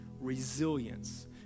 resilience